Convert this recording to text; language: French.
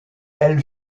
elle